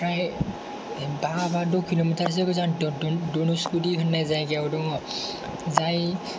फ्राय बा बा द' किलमिटारसो गोजान धनुशकटि होननाय जायगायाव दङ जाय